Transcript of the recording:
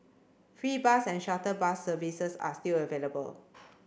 free bus and shuttle bus services are still available